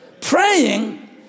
praying